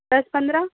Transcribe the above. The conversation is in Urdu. دس پندرہ